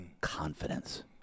Confidence